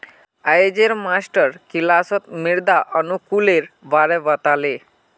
अयेज मास्टर किलासत मृदा अनुकूलेर बारे बता ले